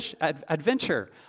adventure